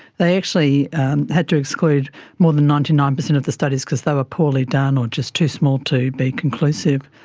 they actually had to exclude more than ninety nine percent of the studies because they were poorly done or just too small to be conclusive.